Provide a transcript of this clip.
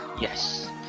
Yes